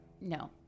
no